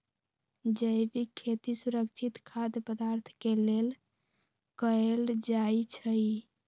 जैविक खेती सुरक्षित खाद्य पदार्थ के लेल कएल जाई छई